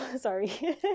sorry